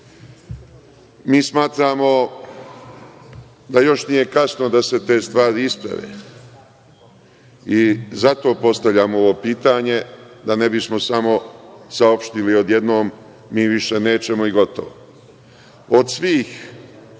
smatramo da još nije kasno da se te stvari isprave. Zato postavljam ovo pitanje, da ne bismo samo saopštili odjednom – mi više nećemo i gotovo. Od svih